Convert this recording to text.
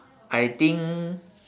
I think